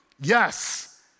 Yes